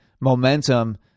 momentum